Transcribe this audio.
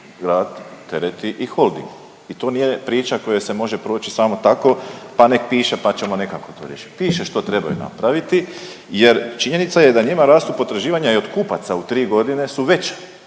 grad, tereti i Holding i to nije priča koja se može proći samo tako pa ne piše pa ćemo nekako to riješiti. Piše što trebaju napraviti jer činjenica je da njima rastu podraživanja i od kupaca, u 3 godine su veća